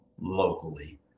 locally